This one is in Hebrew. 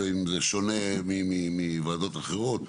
ואם זה שונה מוועדות אחרות.